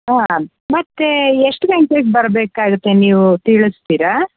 ಹಾಂ ಮತ್ತೆ ಎಷ್ಟು ಗಂಟೆಗೆ ಬರಬೇಕಾಗತ್ತೆ ನೀವು ತಿಳಿಸ್ತೀರಾ